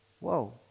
Whoa